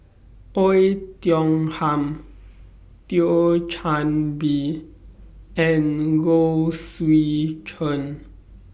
Oei Tiong Ham Thio Chan Bee and Low Swee Chen